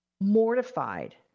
mortified